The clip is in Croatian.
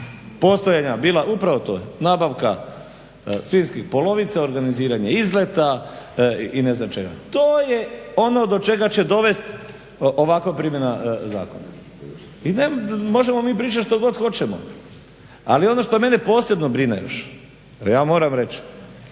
postojanja bila upravo to nabavka svinjskih polovica, organiziranje izleta i ne znam čega. To je ono do čega će dovesti ovakva primjena zakona. I možemo mi pričati što god hoćemo ali ono što mene posebno brine još a ja moram reći,